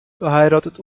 verheiratet